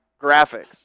graphics